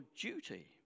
duty